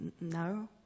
no